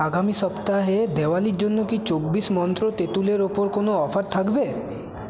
আগামী সপ্তাহে দেওয়ালির জন্য কি চব্বিশ মন্ত্র তেঁতুলের ওপর কোনো অফার থাকবে